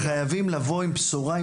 וחייבים לבוא עם בשורה,